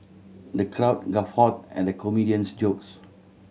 the crowd guffawed at the comedian's jokes